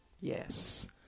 yes